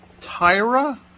Tyra